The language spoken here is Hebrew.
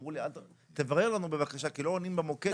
שאמרו לי תברר לנו בבקשה כי לא עונים במוקד,